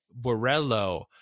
borello